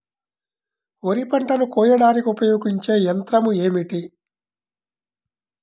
వరిపంటను పంటను కోయడానికి ఉపయోగించే ఏ యంత్రం ఏమిటి?